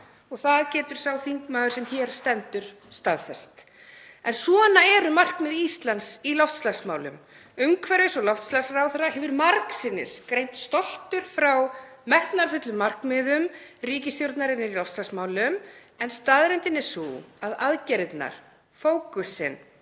og það getur sá þingmaður sem hér stendur staðfest. En svona eru markmið Íslands í loftslagsmálum. Umhverfis-, orku- og loftslagsráðherra hefur margsinnis greint stoltur frá metnaðarfullum markmiðum ríkisstjórnarinnar í loftslagsmálum en staðreyndin er sú að aðgerðirnar, fókusinn,